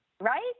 Right